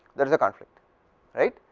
that is the conflict right,